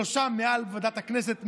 שלושה מעל בוועדת הכנסת,